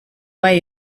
way